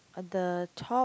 on the top